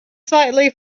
slightly